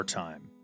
time